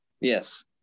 Yes